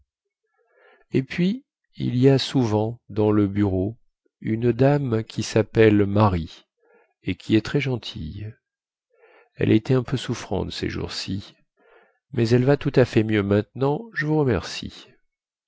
et puis il y a souvent dans le bureau une dame qui sappelle marie et qui est très gentille elle a été un peu souffrante ces jours-ci mais elle va tout à fait mieux maintenant je vous remercie